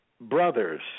brothers